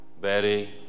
Betty